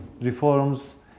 reforms